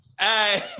Hey